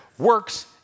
works